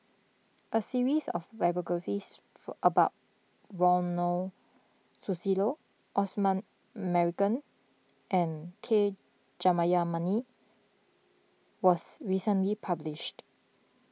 a series of biographies for about Ronald Susilo Osman Merican and K Jayamani was recently published